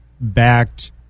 backed